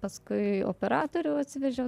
paskui operatorių atsivežiau